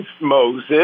Moses